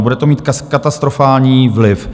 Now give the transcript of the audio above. Bude to mít katastrofální vliv.